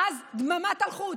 מאז, דממת אלחוט.